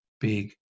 big